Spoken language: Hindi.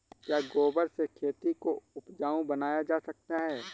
क्या गोबर से खेती को उपजाउ बनाया जा सकता है?